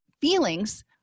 feelings